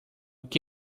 que